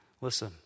Listen